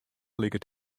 liket